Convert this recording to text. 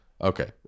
Okay